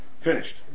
finished